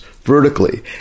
vertically